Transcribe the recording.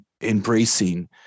embracing